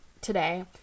today